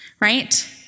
right